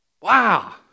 Wow